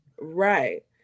Right